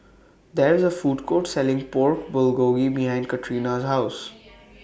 There IS A Food Court Selling Pork Bulgogi behind Katrina's House